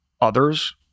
others